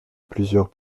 plusieurs